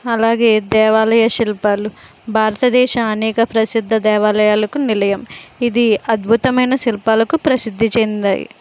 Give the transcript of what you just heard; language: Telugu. అలాగే దేవాలయ శిల్పాలు భారతదేశ అనేక ప్రసిద్ధ దేవాలయాలకు నిలయం ఇది అద్భుతమైన శిల్పాలకు ప్రసిద్ధి చెందాయ్